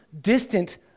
distant